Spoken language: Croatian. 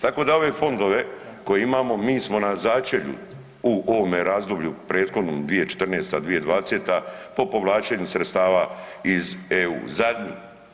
Tako da ove fondove koje imamo, mi smo na začelju u ovome razdoblju prethodnome 2014.-2020. po povlačenju sredstava iz EU, zadnji.